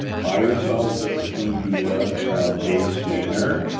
buy yourself a stevia base sweetener,